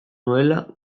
nuela